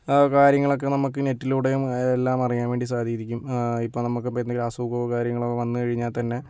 കാര്യങ്ങളൊക്കെ നമുക്ക് നെറ്റിലൂടെയും എല്ലാം അറിയാൻ വേണ്ടി സാധിക്കും ഇപ്പോൾ നമുക്ക് ഇപ്പം എന്തെങ്കിലും അസുഖമോ കാര്യങ്ങളോ വന്ന് കഴിഞ്ഞാൽ തന്നെ